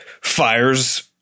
fires